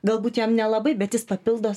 galbūt jam nelabai bet jis papildo